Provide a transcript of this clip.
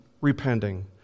repenting